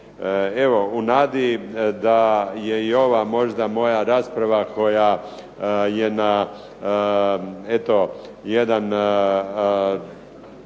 Evo, u nadi da je možda ova moja rasprava koja je jedan